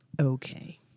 okay